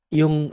yung